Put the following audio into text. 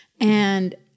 And-